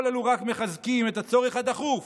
כל אלו רק מחזקים את הצורך הדחוף